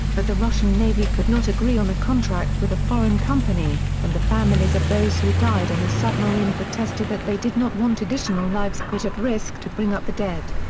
but the russian navy could not agree on a contract with a foreign company, and the families of those who died on the submarine protested that they did not want additional lives put at risk to bring up the dead.